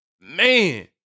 man